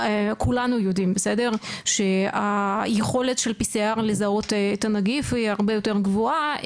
כולנו יודעים שהיכולת של PCR לזהות את הנגיף היא הרבה יותר גבוהה.